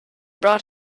brought